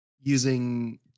using